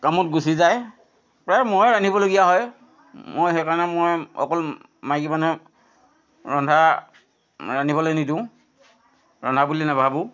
কামত গুচি যায় প্ৰায়ে ময়েই ৰান্ধিবলগীয়া হয় মই সেইকাৰণে মই অকল মাইকী মানুহে ৰন্ধা ৰান্ধিবলৈ নিদিওঁ ৰন্ধা বুলি নেভাবোঁ